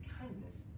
kindness